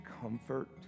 comfort